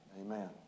Amen